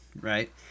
right